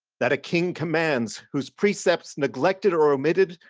that a king commands, whose precepts neglected or omitted,